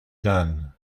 done